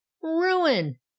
Ruin